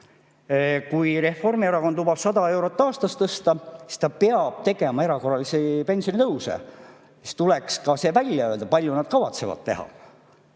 Kui Reformierakond lubab 100 eurot aastas tõsta, siis ta peab tegema erakorralisi pensionitõuse. Siis tuleks ka see välja öelda, palju nad kavatsevad teha,